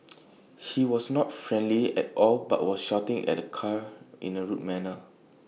he was not friendly at all but was shouting at the cars in A rude manner